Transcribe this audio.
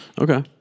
okay